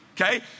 okay